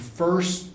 first